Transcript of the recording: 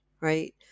right